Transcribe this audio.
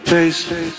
Face